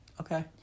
okay